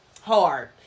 Hard